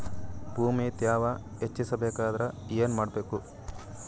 ಭೂಮಿ ತ್ಯಾವ ಹೆಚ್ಚೆಸಬೇಕಂದ್ರ ಏನು ಮಾಡ್ಬೇಕು?